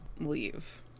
leave